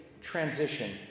transition